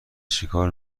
چیکار